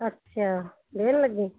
ਅੱਛਾ ਲੱਗੀ